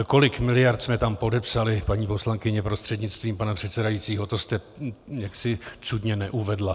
Kolik miliard jsme tam podepsali, paní poslankyně prostřednictvím pana předsedajícího, to jste jaksi cudně neuvedla.